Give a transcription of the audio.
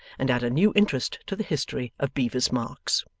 and add a new interest to the history of bevis marks.